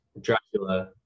Dracula